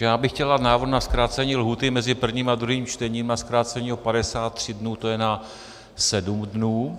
Já bych chtěl dát návrh na zkrácení lhůty mezi prvním a druhým čtením na zkrácení o 53 dnů, to je na sedm dnů.